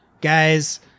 guys